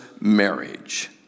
marriage